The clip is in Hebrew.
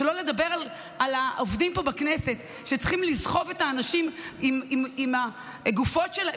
שלא לדבר על העובדים פה בכנסת שצריכים לסחוב את האנשים עם הגופות שלהם.